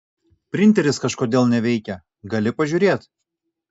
printeris kažkodėl neveikia gali pažiūrėt